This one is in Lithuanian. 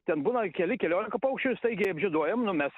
ten būna keli keliolika paukščių staigiai apžieduojam nu mes